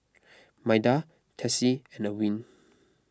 Maida Tessie and Erwin